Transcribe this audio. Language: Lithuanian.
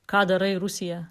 ką darai rusija